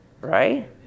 Right